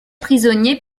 prisonnier